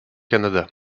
canada